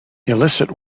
illicit